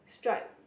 stripe